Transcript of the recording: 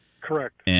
Correct